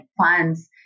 funds